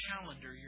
calendar